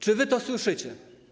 Czy wy to słyszycie?